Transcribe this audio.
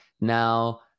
now